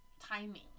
timing